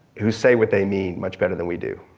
who say what they mean much better than we do.